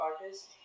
artists